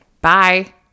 Bye